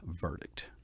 verdict